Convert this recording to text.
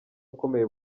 akomeye